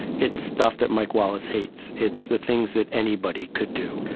it's stuff that mike wallace hates it's the things that anybody could do.